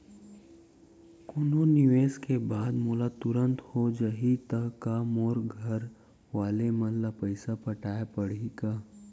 कोनो निवेश के बाद मोला तुरंत हो जाही ता का मोर घरवाले मन ला पइसा पटाय पड़ही का?